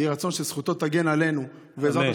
יהי רצון שזכותו תגן עלינו, אמן.